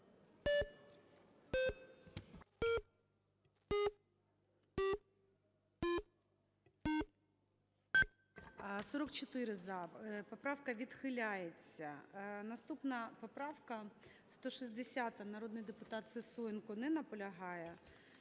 За-44 Поправка відхиляється. Наступна поправка - 160, народний депутат Сисоєнко. Не наполягає.